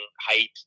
height